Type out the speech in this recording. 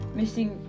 missing